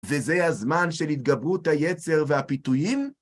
וזה הזמן של התגברות היצר והפיתויים